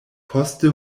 poste